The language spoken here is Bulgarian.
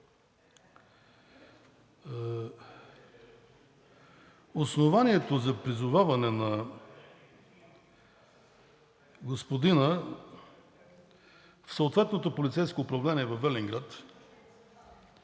Основанието за призоваване на господина в съответното полицейско управление във Велинград